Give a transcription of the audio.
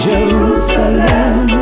Jerusalem